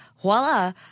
voila